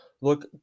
look